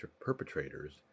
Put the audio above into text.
perpetrators